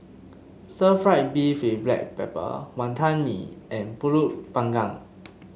Stir Fried Beef with Black Pepper Wantan Mee and pulut Panggang